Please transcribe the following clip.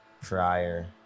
prior